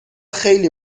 خیلی